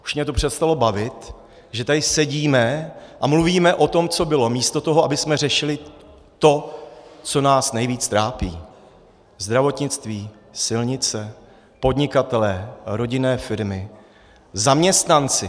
Už mě to přestalo bavit, že tady sedíme a mluvíme o tom, co bylo, místo toho, abychom řešili to, co nás nejvíc trápí zdravotnictví, silnice, podnikatele, rodinné firmy, zaměstnance.